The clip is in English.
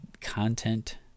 content